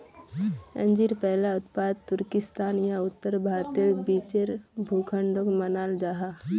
अंजीर पहला उत्पादन तुर्किस्तान या उत्तर भारतेर बीचेर भूखंडोक मानाल जाहा